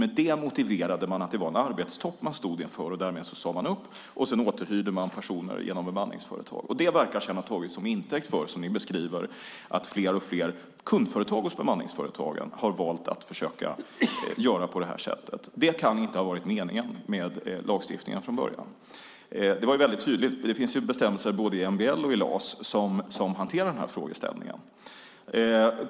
Med detta motiverade man att man stod inför en arbetstopp och sade därmed upp personer som sedan återhyrdes genom bemanningsföretag. Det verkar sedan, som ni beskriver, ha gjort att fler och fler kundföretag hos bemanningsföretagen har valt att försöka göra på detta sätt. Det kan inte ha varit meningen med lagstiftningen från början. Det finns bestämmelser i både MBL och LAS som hanterar denna frågeställning.